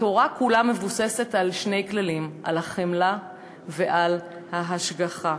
התורה כולה מבוססת על שני כללים: על החמלה ועל ההשגחה,